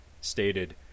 stated